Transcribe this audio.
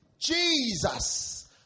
Jesus